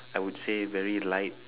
I would say very light